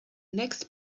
next